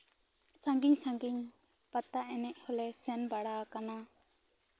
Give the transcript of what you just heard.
ᱥᱟᱺᱜᱤᱧ ᱥᱟᱺᱜᱤᱧ ᱯᱟᱛᱟ ᱮᱱᱮᱡ ᱦᱚᱞᱮ ᱥᱮᱱ ᱵᱟᱲᱟ ᱟᱠᱟᱱᱟ